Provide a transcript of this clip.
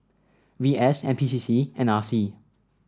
V S N P C C and R C